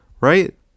right